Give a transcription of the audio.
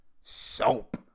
Soap